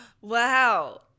Wow